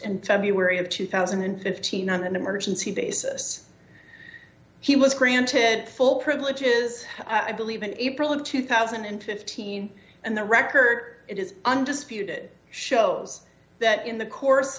and february of two thousand and fifteen on an emergency basis he was granted full privileges i believe in april of two thousand and fifteen and the record it is undisputed shows that in the course